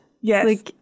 Yes